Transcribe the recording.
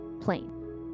plain